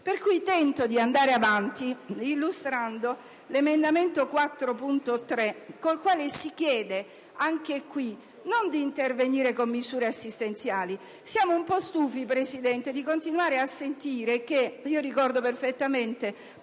Quindi tento di andare avanti, illustrando l'emendamento 4.3, con il quale non si chiede, anche in questo caso, di intervenire con misure assistenziali. Siamo un po' stufi, signor Presidente, di continuare a sentire che, come ricordo perfettamente,